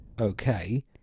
okay